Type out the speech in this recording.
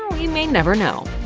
we may never know.